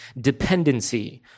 dependency